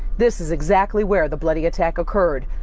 this is exactly where the bloody attack occurred.